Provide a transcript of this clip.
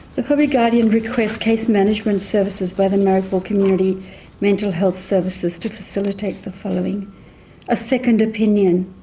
the public guardian requests case management services by the marrickville community mental health services to facilitate the following a second opinion